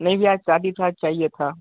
नहीं भैया आज शादी थोड़ा चाहिए था